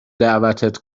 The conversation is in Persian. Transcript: دعوتت